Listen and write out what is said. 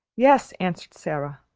yes, answered sara.